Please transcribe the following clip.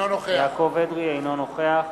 אינו נוכח